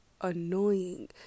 annoying